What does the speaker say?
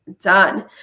done